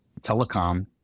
telecom